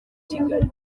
kigali